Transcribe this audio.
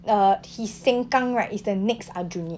uh his sengkang right is the next aljunied